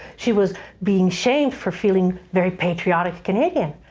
she was being shamed for feeling very patriotic canadian.